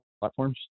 platforms